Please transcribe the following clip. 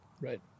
Right